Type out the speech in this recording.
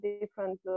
different